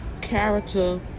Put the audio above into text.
character